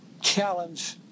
challenge